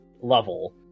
level